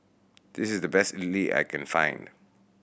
this is the best Idili I can find